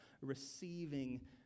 receiving